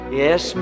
yes